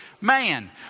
man